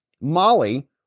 Molly